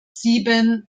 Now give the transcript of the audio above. sieben